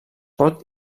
pot